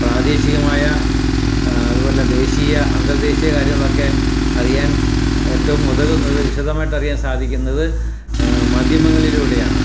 പ്രാദേശികമായ അതുമല്ല ദേശീയ അന്തര്ദേശീയ കാര്യങ്ങളുമൊക്കെ അറിയാന് ഏറ്റവും ഉതകുന്നത് വിശദമായിട്ട് അറിയാന് സാധിക്കുന്നത് മധ്യമങ്ങളിലൂടെയാണ്